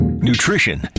Nutrition